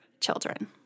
children